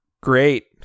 Great